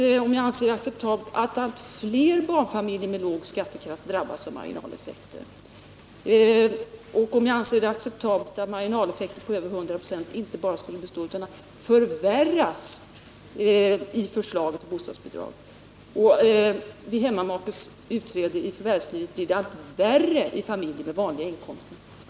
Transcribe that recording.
Hon frågar om jag accepterar att allt fler barnfamiljer med låg skattekraft drabbas av marginaleffekter, att marginaleffekter på över 100 2» inte bara skall bestå utan även förvärras genom förslaget till bostadsbidrag och att det vid hemmamakes inträde i förvärvslivet blir allt värre i familjer med vanliga inkomster.